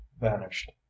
vanished